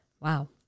Wow